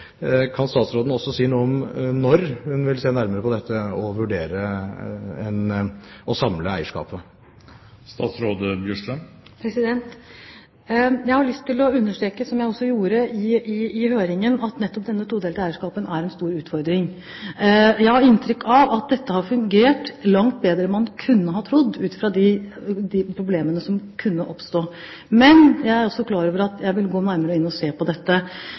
Kan statsråden også si noe om når hun vil se nærmere på dette og vurdere å samle eierskapet? Jeg har lyst til å understreke, som jeg også gjorde i høringen, at nettopp dette todelte eierskapet er en stor utfordring. Jeg har inntrykk av at dette har fungert langt bedre enn man kunne ha trodd, ut fra de problemene som kunne oppstå. Men det er også klart at jeg vil gå nærmere inn og se på dette.